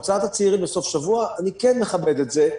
הוצאת הצעירים לסוף שבוע אני כן מכבד את זה,